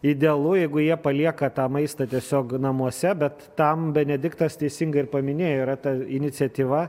idealu jeigu jie palieka tą maistą tiesiog namuose bet tam benediktas teisingai ir paminėjo yra ta iniciatyva